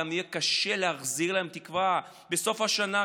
גם יהיה קשה להחזיר להם תקווה בסוף השנה,